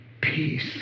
peace